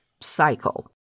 cycle